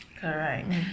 Correct